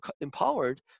empowered